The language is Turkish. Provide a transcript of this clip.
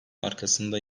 arkasında